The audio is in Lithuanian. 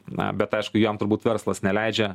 na bet aišku jam turbūt verslas neleidžia